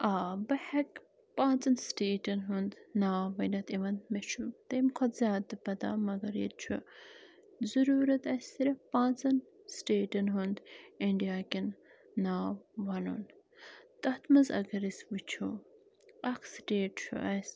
آ بہٕ ہیٚکہٕ پانٛژَن سِٹیٹَن ہُنٛد ناو ؤنِتھ اِوٕن مےٚ چھِ تَمہِ کھۄتہٕ زیادٕ پتہ مگر ییٚتہِ چھُ ضروٗرت اسہِ صرف پانٛژَن سِٹیٹَن ہُنٛد انٛڈیا کیٚن ناو وَنُن تَتھ منٛز اَگر أسۍ وُچھو اَکھ سِٹیٹ چھُ اسہِ